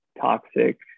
toxic